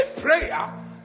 prayer